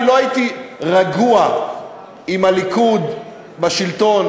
אני לא הייתי רגוע עם הליכוד בשלטון,